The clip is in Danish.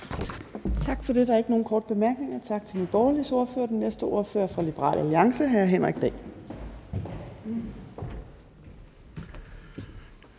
Torp): Der er ikke nogen korte bemærkninger. Tak til Nye Borgerliges ordfører. Den næste ordfører er fra Liberal Alliance. Hr. Henrik